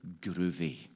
groovy